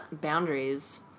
boundaries